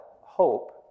hope